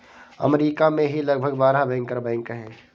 अमरीका में ही लगभग बारह बैंकर बैंक हैं